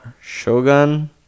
Shogun